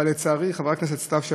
אבל לצערי, חברת הכנסת סתיו שפיר,